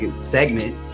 segment